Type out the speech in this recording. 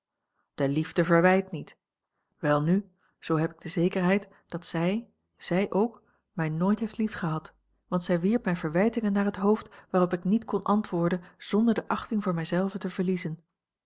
de liefde verwijt niet welnu zoo heb ik de zekerheid dat zij zij ook mij nooit heeft liefgehad want zij wierp mij verwijtingen naar het hoofd waarop ik niet kon antwoorden zonder de achting voor mij zelve te verliezen